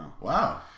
wow